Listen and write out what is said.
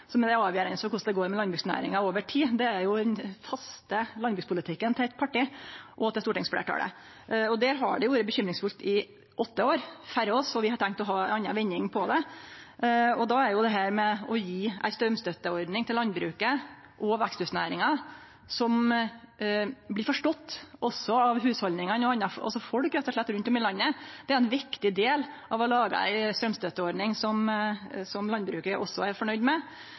som vil vere avgjerande for korleis det går med landbruksnæringa over tid: Det er den faste landbrukspolitikken til eit parti og til stortingsfleirtalet. Der har det vore grunn til bekymring i åtte år før oss. Vi har tenkt å ha ei anna vending på det, og då kjem dette med å gje ei straumstøtteordning til landbruket og veksthusnæringa som òg blir forstått av hushald – av folk, rett og slett – rundt om i landet. Det er sjølvsagt ein viktig del av å lage ei straumstøtteordning som landbruket òg er fornøgd med.